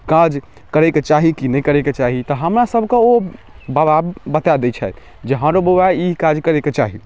काज करैके चाही कि नहि करैके चाही हमरासभके ओ बाबा बता दै छथि जे हँ रौ बौआ ई काज करैके चाही